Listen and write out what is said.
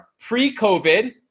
pre-COVID